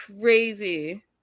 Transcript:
Crazy